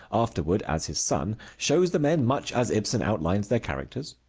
afterward as his son, shows the men much as ibsen outlines their characters.